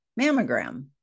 mammogram